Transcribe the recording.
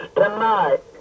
tonight